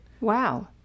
Wow